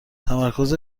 تمرکز